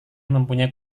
mempunyai